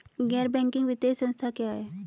गैर बैंकिंग वित्तीय संस्था क्या है?